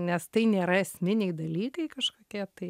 nes tai nėra esminiai dalykai kažkokie tai